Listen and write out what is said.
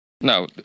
No